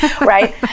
right